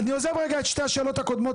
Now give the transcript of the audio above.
אני עוזב רגע את שתי השאלות הקודמות,